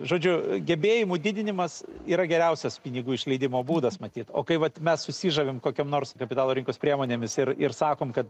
žodžiu gebėjimų didinimas yra geriausias pinigų išleidimo būdas matyt o kai vat mes susižavim kokiom nors kapitalo rinkos priemonėmis ir ir sakom kad